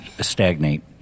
stagnate